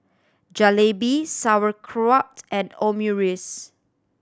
Jalebi Sauerkraut and Omurice